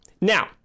Now